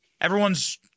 everyone's